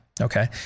Okay